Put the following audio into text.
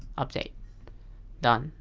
update done.